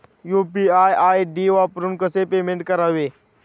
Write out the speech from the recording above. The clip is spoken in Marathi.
यु.पी.आय आय.डी वापरून कसे पेमेंट करावे?